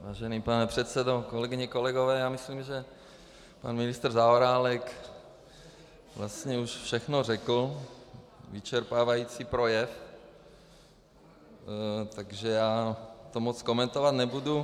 Vážený pane předsedo, kolegyně a kolegové, myslím, že pan ministr Zaorálek vlastně už něco řekl, měl vyčerpávající projev, takže já to moc komentovat nebudu.